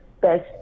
best